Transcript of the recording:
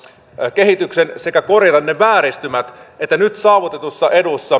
kehityksen sekä korjata ne vääristymät että nyt saavutetussa